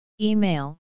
Email